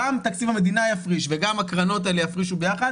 גם תקציב המדינה יפריש וגם הקרנות האלה יפרישו ביחד